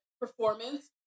performance